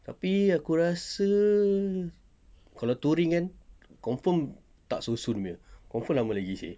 tapi aku rasa kalau touring kan confirm tak so soon punya confirm lama lagi seh